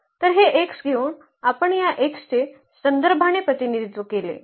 तर हे घेऊन आपण या x चे संदर्भाने प्रतिनिधित्व केले